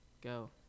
go